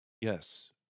Yes